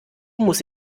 muss